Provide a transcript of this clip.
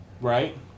right